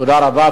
תודה רבה.